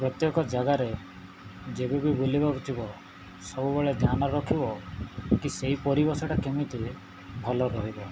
ପ୍ରତ୍ୟେକ ଜାଗାରେ ଯେବେ ବି ବୁଲିବାକୁ ଯିବ ସବୁବେଳେ ଧ୍ୟାନ ରଖିବ କି ସେଇ ପରିବେଶଟା କେମିତି ଭଲ ରହିବ